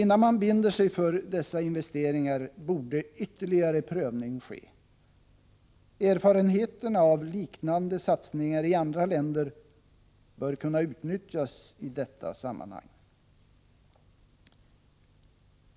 Innan man binder sig för dessa investeringar borde ytterligare prövning ske. Erfarenheterna av liknande satsningar i andra länder bör kunna utnyttjas i detta sammanhang.